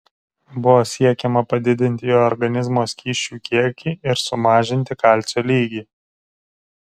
buvo siekiama padidinti jo organizmo skysčių kiekį ir sumažinti kalcio lygį